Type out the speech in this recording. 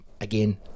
Again